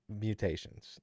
mutations